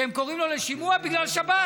שהם קוראים לו לשימוע בגלל שבת.